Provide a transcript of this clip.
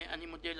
אני מודה לאדוני.